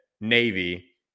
Navy